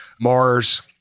Mars